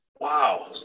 wow